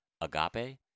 agape